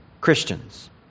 Christians